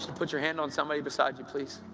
so put your hand on somebody beside you, please.